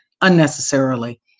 unnecessarily